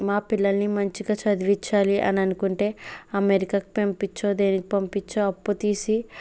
మా పిల్లల్ని మంచిగా చదివించాలి అని అనుకుంటే అమెరికాకి పంపించో దేనికి పంపించో అప్పు తీసి